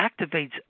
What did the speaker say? activates